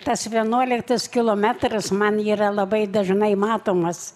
tas vienuoliktas kilometras man yra labai dažnai matomas